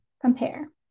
compare